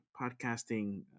podcasting